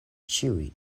ĉiuj